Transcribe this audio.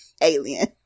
alien